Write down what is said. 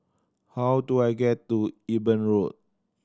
how do I get to Eben Road